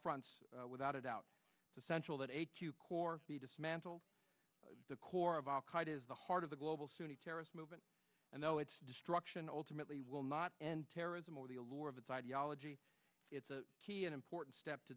fronts without a doubt essential that the dismantle the core of al qaida is the heart of the global sunni terrorist movement and though its destruction ultimately will not end terrorism or the allure of its ideology it's a key an important step to